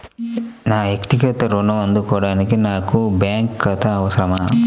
నా వక్తిగత ఋణం అందుకోడానికి నాకు బ్యాంక్ ఖాతా అవసరమా?